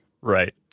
Right